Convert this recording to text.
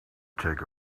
take